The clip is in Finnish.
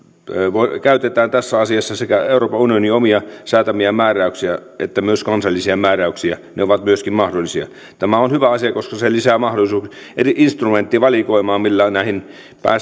käytetään tässä asiassa sekä euroopan unionin säätämiä määräyksiä että myös kansallisia määräyksiä ne ovat myöskin mahdollisia tämä on hyvä asia koska se se lisää instrumenttivalikoimaa millä näihin